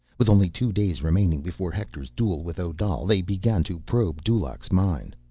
with only two days remaining before hector's duel with odal, they began to probe dulaq's mind.